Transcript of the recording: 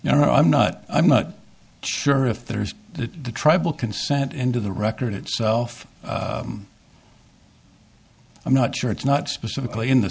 know i'm not i'm not sure if there's the tribal consent into the record itself i'm not sure it's not specifically in the